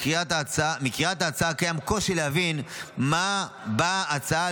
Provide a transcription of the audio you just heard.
מקריאת ההצעה קיים קושי להבין מה באה ההצעה